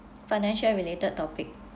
financial related topic